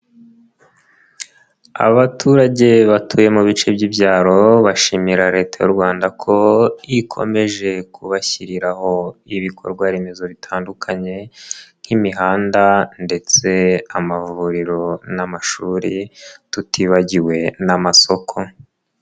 Abaturage batuye mu bice by'ibyaro bashimira Leta y'u Rwanda ko ikomeje kubashyiriraho ibikorwaremezo bitandukanye nk'imihanda ndetse amavuriro n'amashuri tutibagiwe n'amasoko.